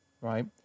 right